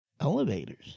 elevators